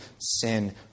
sin